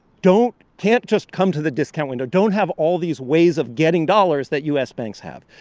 don't can't just come to the discount window, don't have all these ways of getting dollars that u s. banks have.